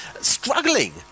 struggling